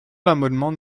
l’amendement